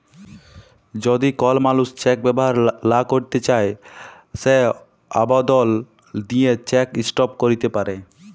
যদি কল মালুস চ্যাক ব্যাভার লা ক্যইরতে চায় সে আবদল দিঁয়ে চ্যাক ইস্টপ ক্যইরতে পারে